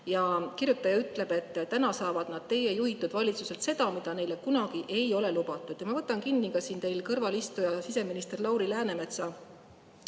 Kirjutaja ütleb, et täna saavad nad teie juhitud valitsuselt seda, mida neile kunagi ei ole lubatud. Ja ma võtan kinni ka teie kõrvalistuja, siseminister Lauri Läänemetsa